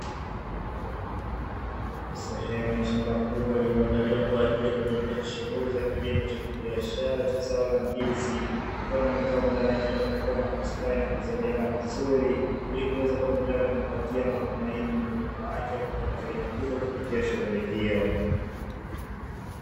Sehemu ya shamba kubwa liloandaliwa kwa ajili ya kuendesha shughuli za kilimo cha kibiashara cha zao la ndizi nilikuwa na migomba inaendelea kukuwa na bustani na kuzaliana vizuri ili kuweza kuendelea kumpatia matumaini mkulima wake kupata faida kubwa kupitia shughuli hiyo